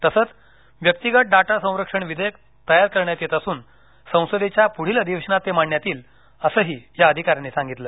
तसंघ व्यक्तिगत डाटासंरक्षण विधेयक तयार करण्यात येत असूनसंसदेच्या पुढील अधिवेशनात ते मांडण्यात येईल असंही या अधिकाऱ्यांनी सांगितलं